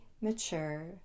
mature